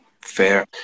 fair